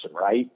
right